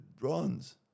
bronze